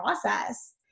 process